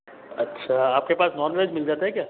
अच्छा आपके पास नॉनवेज मिल जाता है क्या